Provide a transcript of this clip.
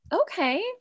Okay